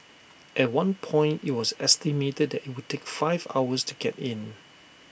at one point IT was estimated that IT would take five hours to get in